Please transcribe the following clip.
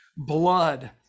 blood